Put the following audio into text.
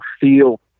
feel